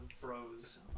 froze